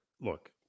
look